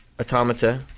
Automata